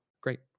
great